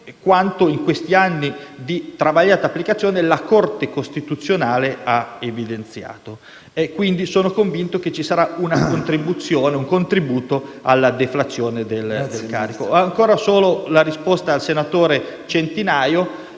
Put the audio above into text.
quanto, in questi anni di travagliata applicazione, la Corte costituzionale ha evidenziato. Quindi, sono convinto che ci sarà un contributo alla deflazione del carico. Ancora solo una risposta al senatore Centinaio: